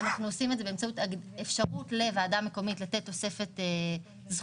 אנחנו עושים את זה באמצעות אפשרות לוועדה מקומית לתת תוספת זכויות